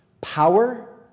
power